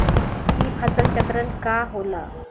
ई फसल चक्रण का होला?